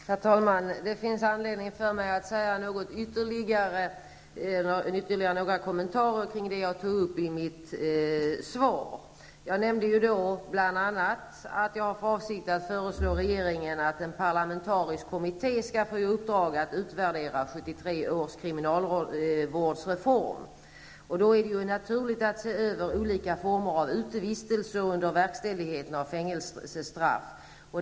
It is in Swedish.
Herr talman! Det finns anledning för mig att göra några ytterligare kommentarer till det jag tog upp i mitt svar. Jag nämnde där bl.a. att jag har för avsikt att föreslå regeringen att en parlamentarisk kommitté skall få i uppdrag att utvärdera 1973 års kriminalvårdsreform. Då är det naturligt att också se över olika former av utevistelser under verkställigheten av fängelsestraff.